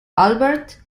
albert